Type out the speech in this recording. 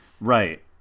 Right